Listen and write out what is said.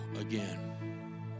again